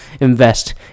invest